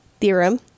theorem